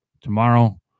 tomorrow